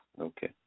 Okay